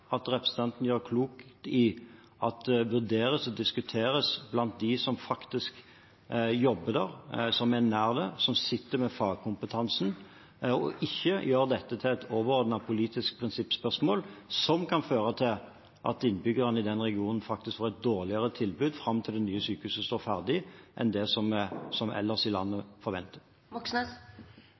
representanten gjør klokt å la vurderes og diskuteres blant dem som jobber der, som er nær det, som sitter med fagkompetansen, og ikke gjør dette til et overordnet, politisk prinsippspørsmål, som kan føre til at innbyggerne i denne regionen får et dårligere tilbud – fram til det nye sykehuset står ferdig – enn det som en forventer ellers i landet.